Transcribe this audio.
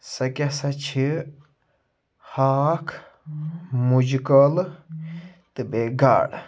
سۄ کیٛاہ سا چھِ ہاکھ مُجہِ کٲلہٕ تہٕ بیٚیہِ گاڈٕ